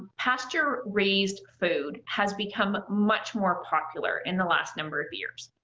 pasture-raised food has become much more popular in the last number of years.